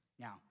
Now